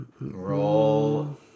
Roll